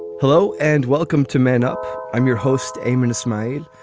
hello and welcome to man up, i'm your host, aymond smile.